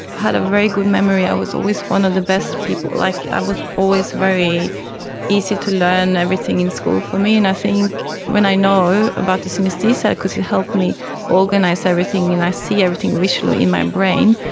had a very good memory. i was always one of the best people like i was always very easy to learn everything in school for me, and i think when i know about the synaesthesia, because it helped me organise everything and i see everything literally in my brain.